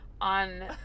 on